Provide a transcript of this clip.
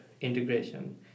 integration